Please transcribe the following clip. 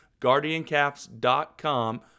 GuardianCaps.com